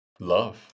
love